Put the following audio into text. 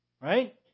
Right